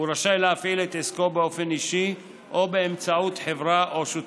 הוא רשאי להפעיל את עסקו באופן אישי או באמצעות חברה או שותפות,